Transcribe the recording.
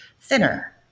thinner